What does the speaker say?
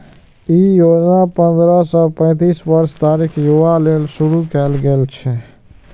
ई योजना पंद्रह सं पैतीस वर्ष धरिक युवा लेल शुरू कैल गेल छै